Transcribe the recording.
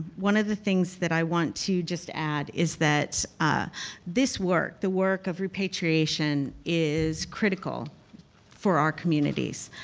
one of the things that i want to just add is that ah this work, the work of repatriation, is critical for our communities.